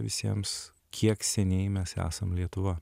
visiems kiek seniai mes esam lietuva